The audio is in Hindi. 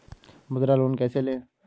मुद्रा लोन कैसे ले?